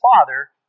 father